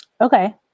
Okay